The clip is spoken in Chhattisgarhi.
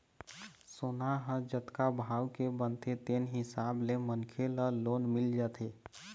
सोना ह जतका भाव के बनथे तेन हिसाब ले मनखे ल लोन मिल जाथे